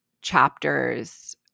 chapters